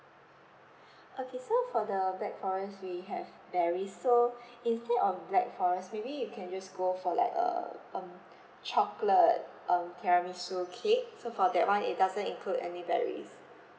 okay so for the black forest we have berries so instead of black forest maybe you can just go for like uh um chocolate um tiramisu cake so for that one it doesn't include any berries